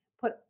put